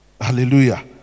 Hallelujah